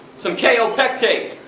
some kaopectate?